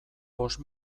bost